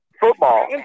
Football